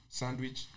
sandwich